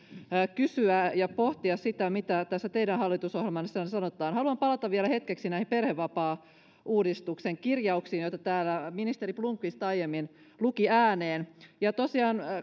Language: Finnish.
kysyä ja pohtia sitä mitä tässä teidän hallitusohjelmassanne sanotaan haluan palata vielä hetkeksi näihin perhevapaauudistuksen kirjauksiin joita täällä ministeri blomqvist aiemmin luki ääneen ja